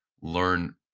learn